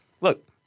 look